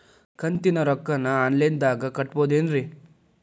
ಕಂತಿನ ರೊಕ್ಕನ ಆನ್ಲೈನ್ ದಾಗ ಕಟ್ಟಬಹುದೇನ್ರಿ?